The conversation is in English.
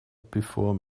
before